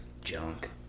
Junk